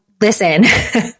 listen